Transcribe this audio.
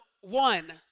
one